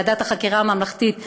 ועדת החקירה הממלכתית כהן-קדמי,